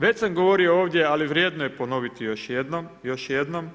Već sam govorio ovdje ali vrijedno je ponoviti još jednom, još jednom,